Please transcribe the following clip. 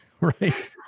Right